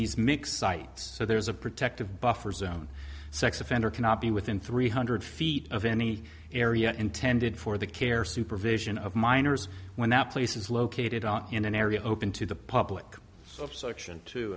these mix sites so there's a protective buffer zone sex offender cannot be within three hundred feet of any area intended for the care supervision of minors when that place is located on in an area open to the public o